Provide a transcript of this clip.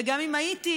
וגם אם הייתי,